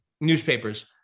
newspapers